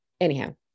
anyhow